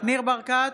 ניר ברקת,